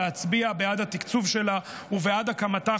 להצביע בעד התקצוב שלה ובעד הקמתה,